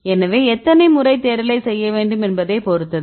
எனவே எத்தனை முறை தேடலைச் செய்ய வேண்டும் என்பதைப் பொறுத்தது